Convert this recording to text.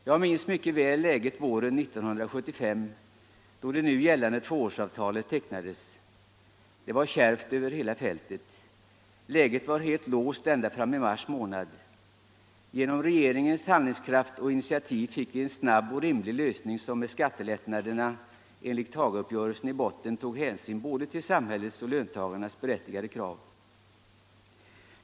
Jag minns mycket väl läget våren 1975, då det nu gällande tvåårsavtalet tecknades. Det var kärvt över hela fältet. Läget var helt låst ända fram i mars månad. Genom regeringens. handlingskraft och initiativ fick vi en snabb och rimlig lösning, som, med skattelättnaderna enligt Hagauppgörelsen i botten, tog hänsyn både till samhället och till löntagarnas berättigade krav.